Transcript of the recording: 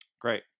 Great